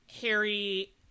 Harry